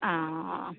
ആണോ ആ ആ